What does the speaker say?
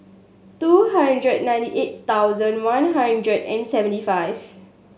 two hundred ninety eight thousand one hundred and seventy five